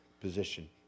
position